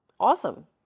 awesome